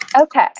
Okay